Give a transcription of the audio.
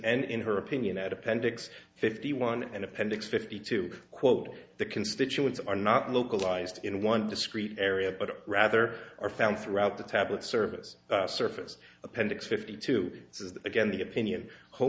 and in her opinion at appendix fifty one and appendix fifty two quote the constituents are not localized in one discrete area but rather are found throughout the tablet service surface appendix fifty two this is again the opinion ho